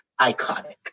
iconic